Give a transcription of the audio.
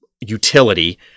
utility